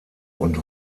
und